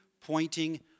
pointing